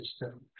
system